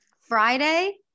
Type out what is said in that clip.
Friday